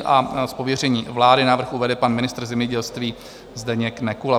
Z pověření vlády návrh uvede pan ministr zemědělství Zdeněk Nekula.